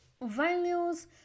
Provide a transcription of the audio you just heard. values